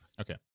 Okay